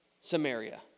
Samaria